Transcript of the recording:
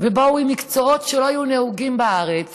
ובאו עם מקצועות שלא היו נהוגים בארץ